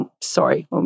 Sorry